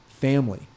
family